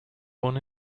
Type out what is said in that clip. born